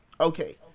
Okay